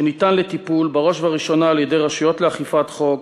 שניתן לטיפול בראש ובראשונה על-ידי הרשויות לאכיפת חוק,